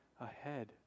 ahead